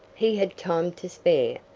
he had time to spare,